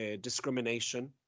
discrimination